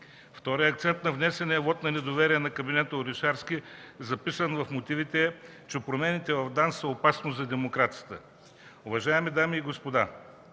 Вторият акцент на внесения вот на недоверие на кабинета Орешарски, записан в мотивите, е, че промените в ДАНС са опасност за демокрацията.